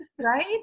right